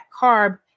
carb